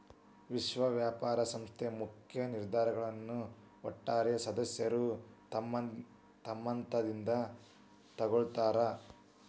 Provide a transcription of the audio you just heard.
ವಿಶ್ವ ವ್ಯಾಪಾರ ಸಂಸ್ಥೆ ಮುಖ್ಯ ನಿರ್ಧಾರಗಳನ್ನ ಒಟ್ಟಾರೆ ಸದಸ್ಯರ ಒಮ್ಮತದಿಂದ ತೊಗೊಳ್ತಾರಾ